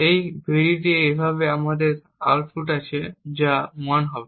এই Vdd এইভাবে আমাদের আউটপুট আছে যা 1 হবে